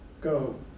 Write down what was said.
go